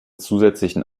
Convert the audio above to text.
zusätzlichen